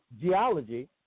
Geology